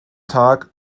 tag